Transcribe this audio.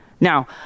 Now